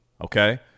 okay